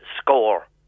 score